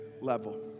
level